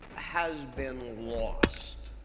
has been lost.